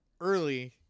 early